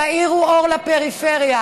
תנו אור לפריפריה.